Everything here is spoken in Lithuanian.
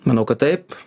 manau kad taip